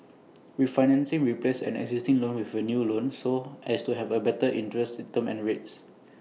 refinancing replaces an existing loan with A new loan so as to have A better interest term and rates